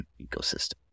ecosystem